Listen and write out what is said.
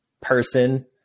person